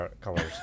colors